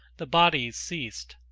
the body's ceased.